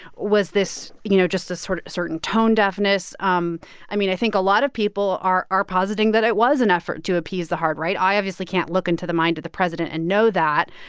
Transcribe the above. was this, you know, just a sort of certain tone deafness? um i mean, i think a lot of people are are positing that it was an effort to appease the hard right. i obviously can't look into the mind of the president and know that.